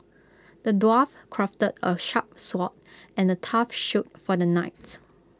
the dwarf crafted A sharp sword and A tough shield for the knights